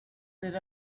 that